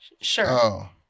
Sure